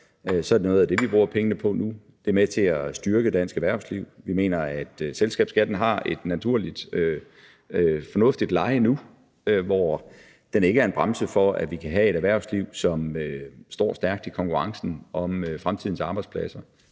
er det noget af det, vi bruger pengene på nu. Det er med til at styrke dansk erhvervsliv. Vi mener, at selskabsskatten har et naturligt, fornuftigt leje nu, hvor den ikke er en bremse for, at vi kan have et erhvervsliv, som står stærkt i konkurrencen om fremtidens arbejdspladser.